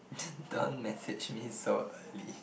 don't message me so early